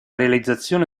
realizzazione